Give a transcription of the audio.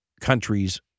countries